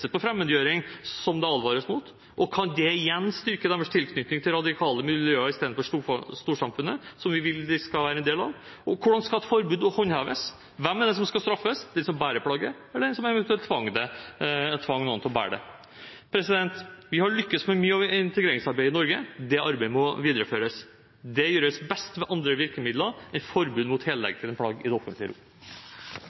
på fremmedgjøring, som det advares mot? Og kan det igjen styrke deres tilknytning til radikale miljøer istedenfor til storsamfunnet, som vi vil de skal være en del av? Og hvordan skal et forbud håndheves? Hvem skal straffes, de som bærer plagget, eller de som tvang noen til å bære det? Vi har lyktes med mye av integreringsarbeidet i Norge. Det arbeidet må videreføres. Det gjøres best med andre virkemidler enn forbud mot heldekkende plagg i det offentlige rom.